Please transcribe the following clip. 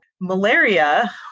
malaria